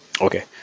okay